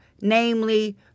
namely